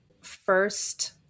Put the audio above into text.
first